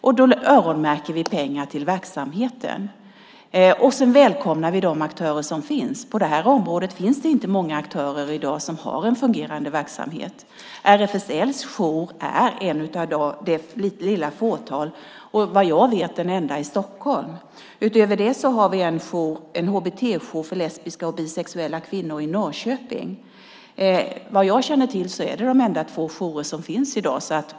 Då öronmärker vi pengar till verksamheten. Vi välkomnar de verksameter som finns. På detta område finns det inte många aktörer i dag som har en fungerande verksamhet. RFSL:s jour är en i ett litet fåtal och vad jag vet den enda i Stockholm. Utöver det finns det en HBT-jour för lesbiska och bisexuella kvinnor i Norrköping. Vad jag känner till är det de enda två jourer som finns i dag.